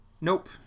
nope